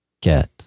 get